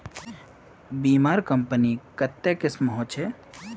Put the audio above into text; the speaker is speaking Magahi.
बीमार कंपनी कत्ते किस्म होछे